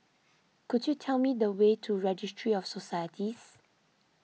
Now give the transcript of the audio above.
could you tell me the way to Registry of Societies